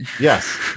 Yes